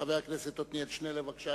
חבר הכנסת עתניאל שנלר, בבקשה,